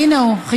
את